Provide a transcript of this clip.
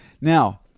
Now